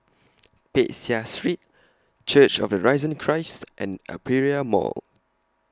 Peck Seah Street Church of The Risen Christ and Aperia Mall